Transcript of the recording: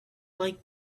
like